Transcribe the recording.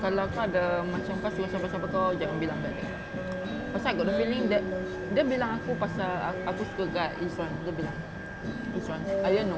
kalau kau ada macam kau suka siapa-siapa kau jangan bilang kat dia pasal I got the feeling that dia bilang aku pasal aku suka kat izuan dia bilang izuan I didn't know